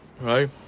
right